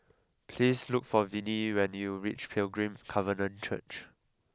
please look for Vinnie when you reach Pilgrim Covenant Church